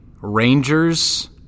Rangers